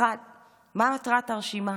1. מה מטרת הרשימה?